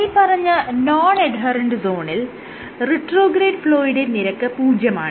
മേല്പറഞ്ഞ non adherent സോണിൽ retrograde ഫ്ലോയുടെ നിരക്ക് പൂജ്യമാണ്